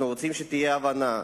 אנחנו רוצים שתהיה הבנה.